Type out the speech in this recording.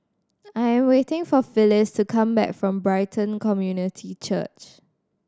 I'm waiting for Phylis to come back from Brighton Community Church